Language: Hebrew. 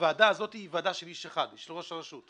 הוועדה הזו היא ועדה של איש אחד, של ראש הרשות.